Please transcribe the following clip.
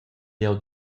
jeu